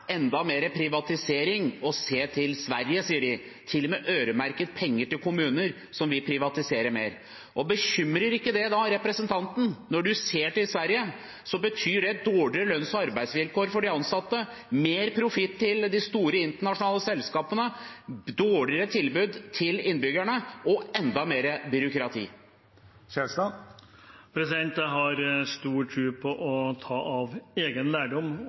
enda mer privatisering og se til Sverige, som de sier – til og med vil en øremerke penger til kommuner som vil privatisere mer. Bekymrer ikke det representanten? Når en ser til Sverige, betyr det dårligere lønns- og arbeidsvilkår for de ansatte, mer profitt til de store internasjonale selskapene, dårligere tilbud til innbyggerne og enda mer byråkrati. Jeg har stor tro på å benytte egen lærdom.